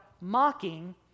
mocking